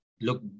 look